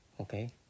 okay